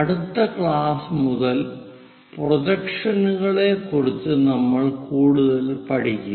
അടുത്ത ക്ലാസ് മുതൽ പ്രൊജക്ഷനുകളെക്കുറിച്ച് നമ്മൾ കൂടുതൽ പഠിക്കും